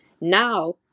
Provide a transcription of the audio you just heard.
Now